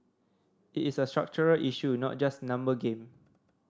it is a structural issue not just number game